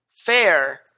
fair